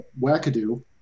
wackadoo